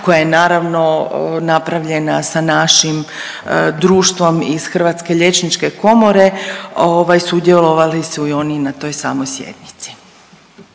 koja je naravno napravljena sa našim društvom iz Hrvatske liječničke komore sudjelovali su i oni na toj samoj sjednici.